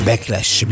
Backlash